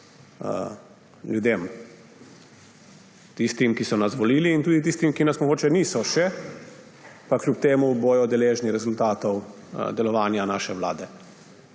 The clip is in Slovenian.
ljudem. Tistim, ki so nas volili, in tudi tistim, ki nas mogoče niso še, pa kljub temu bodo deležni rezultatov delovanja naše vlade.